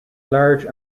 large